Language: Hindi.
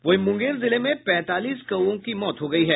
वहीं मुंगेर जिले में पैंतालीस कौओं की मौत हो गयी है